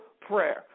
prayer